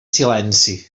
silenci